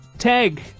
Tag